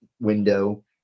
window